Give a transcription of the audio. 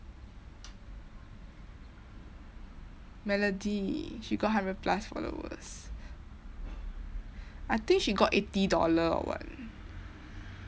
melody she got hundred plus followers I think she got eighty dollar or what